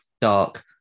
dark